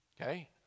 Okay